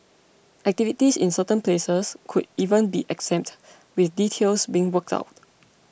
activities in certain places could even be exempt with details being worked out